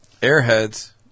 Airheads